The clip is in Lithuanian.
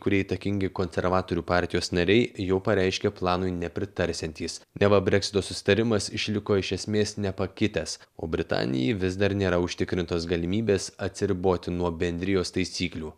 kurie įtakingi konservatorių partijos nariai jau pareiškė planui nepritarsiantys neva breksito susitarimas išliko iš esmės nepakitęs o britanijai vis dar nėra užtikrintos galimybės atsiriboti nuo bendrijos taisyklių